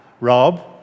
Rob